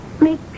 Make